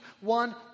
one